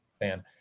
fan